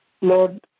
Lord